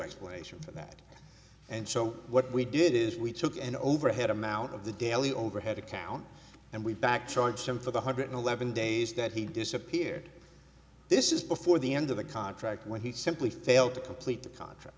explanation for that and so what we did is we took an overhead amount of the daily overhead account and we backed charged him for the hundred eleven days that he disappeared this is before the end of the contract when he simply failed to complete the contract